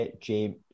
James